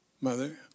Mother